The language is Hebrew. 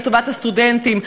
לטובת הסטודנטים,